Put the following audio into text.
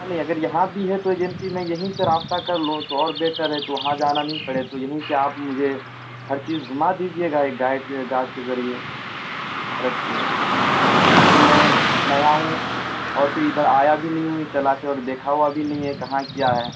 نہیں اگر یہاں بھی ہے تو ایجنسی میں یہیں سے رابطہ کرلوں تو اور بہتر ہے تو وہاں جانا نہیں پڑے تو یہیں سے آپ مجھے ہر چیز گھما دیجیے گا ایک گائیڈ گارڈ کے ذریعے رکھ کے کیونکہ میں نیا ہوں اور پھر ادھر آیا بھی نہیں ہوں اس علاقے اور دیکھا ہوا بھی نہیں ہے کہاں کیا ہے